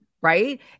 Right